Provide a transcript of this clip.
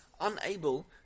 unable